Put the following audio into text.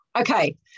okay